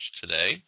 today